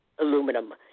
aluminum